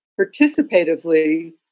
participatively